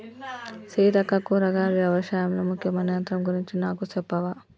సీతక్క కూరగాయలు యవశాయంలో ముఖ్యమైన యంత్రం గురించి నాకు సెప్పవా